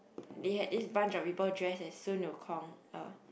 they had this bunch of people dressed as sun-wu-kong uh